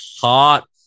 hot